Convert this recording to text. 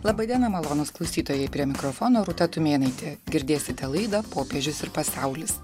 laba diena malonūs klausytojai prie mikrofono rūta tumėnaitė girdėsite laidą popiežius ir pasaulis